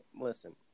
Listen